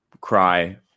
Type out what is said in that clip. cry